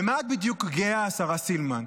במה את בדיוק גאה, השרה סילמן?